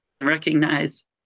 recognize